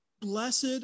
blessed